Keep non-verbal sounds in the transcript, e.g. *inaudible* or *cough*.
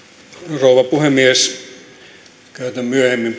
rouva puhemies käytän myöhemmin *unintelligible*